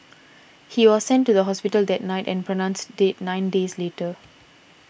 he was sent to the hospital that night and pronounced dead nine days later